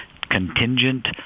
contingent